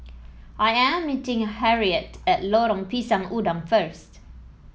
I am meeting Harriette at Lorong Pisang Udang first